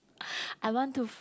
I want to